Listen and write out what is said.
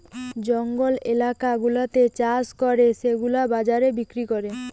জঙ্গল এলাকা গুলাতে চাষ করে সেগুলা বাজারে বিক্রি করে